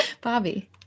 Bobby